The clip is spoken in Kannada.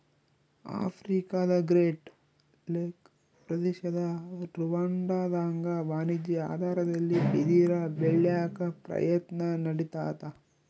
ಆಫ್ರಿಕಾದಗ್ರೇಟ್ ಲೇಕ್ ಪ್ರದೇಶದ ರುವಾಂಡಾದಾಗ ವಾಣಿಜ್ಯ ಆಧಾರದಲ್ಲಿ ಬಿದಿರ ಬೆಳ್ಯಾಕ ಪ್ರಯತ್ನ ನಡಿತಾದ